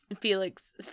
Felix